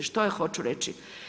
Što ja hoću reći.